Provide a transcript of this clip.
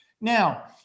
Now